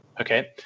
Okay